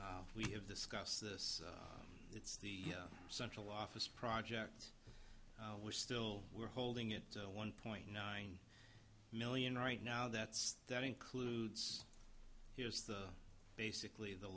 eighteen we have discussed this it's the central office project we're still we're holding it to one point nine million right now that's that includes here's the basically the